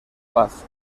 paz